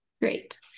Great